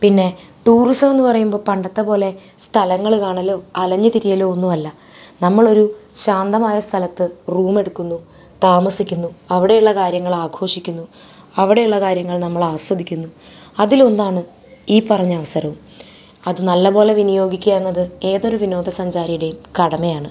പിന്നെ ടൂറിസം എന്നു പറയുമ്പോൾ പണ്ടത്തെ പോലെ സ്ഥലങ്ങള് കാണലും അലഞ്ഞു തിരിയലും ഒന്നും അല്ല നമ്മളൊരു ശാന്തമായ സ്ഥലത്ത് റൂമെടുക്കുന്നു താമസിക്കുന്നു അവിടെയുള്ള കാര്യങ്ങൾ ആഘോഷിക്കുന്നു അവിടെയുള്ള കാര്യങ്ങൾ നമ്മൾ ആസ്വദിക്കുന്നു അതിലൊന്നാണ് ഈ പറഞ്ഞ അസറും അത് നല്ലപോലെ വിനിയോഗിക്കാ എന്നത് ഏതൊരു വിനോദസഞ്ചാരിയുടേം കടമയാണ്